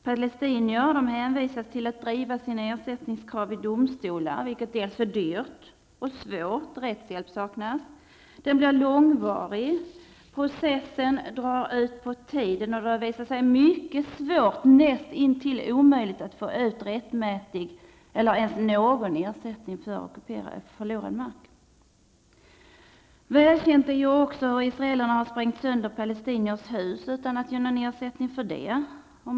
Palestinierna har i stället blivit hänvisade till att driva sina ersättningskrav i domstolar, vilket är dyrt och svårt. Rättshjälp saknas. Det hela blir långvarigt. Processen drar ut på tiden. Det har visat sig vara mycket svårt, ja, nästintill omöjligt att få ut rättmätig ersättning -- om man ens får någon ersättning -- för ockuperad, förlorad, mark. Välkänt är också attt israelerna har sprängt sönder palestiniers hus utan att de här människorna får någon ersättning.